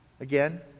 Again